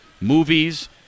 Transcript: movies